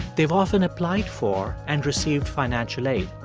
they've often applied for and received financial aid.